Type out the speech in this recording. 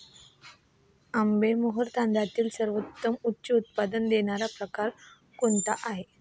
आंबेमोहोर तांदळातील सर्वोत्तम उच्च उत्पन्न देणारा प्रकार कोणता आहे?